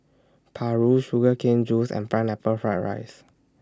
Paru Sugar Cane Juice and Pineapple Fried Rice